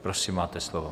Prosím, máte slovo.